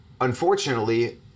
unfortunately